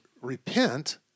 repent